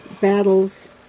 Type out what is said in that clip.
battles